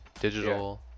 digital